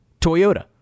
Toyota